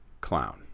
clown